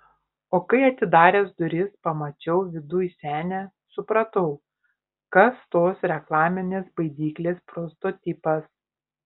o kai atidaręs duris pamačiau viduj senę supratau kas tos reklaminės baidyklės prototipas